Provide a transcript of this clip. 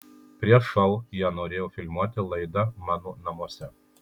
prieš šou jie norėjo filmuoti laidą mano namuose